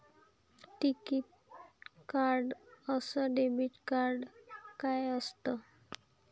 टिकीत कार्ड अस debit card काय असत?